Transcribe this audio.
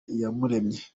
iyamuremye